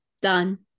Done